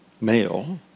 male